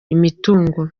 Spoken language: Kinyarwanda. imitungo